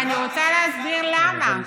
אני רוצה להסביר למה.